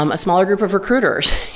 um a smaller group of recruiters,